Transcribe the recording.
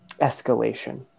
escalation